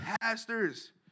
pastors